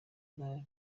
adahari